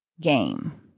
game